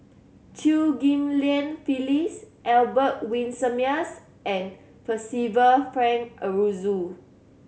Chew Ghim Lian Phyllis Albert Winsemius and Percival Frank Aroozoo